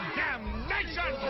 damnation